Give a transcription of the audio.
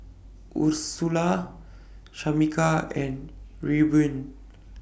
Ursula Shamika and Reubin